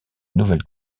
nouvelle